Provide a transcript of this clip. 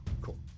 Cool